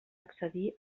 accedir